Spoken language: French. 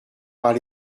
par